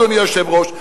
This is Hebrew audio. אדוני היושב-ראש,